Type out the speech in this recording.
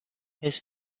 his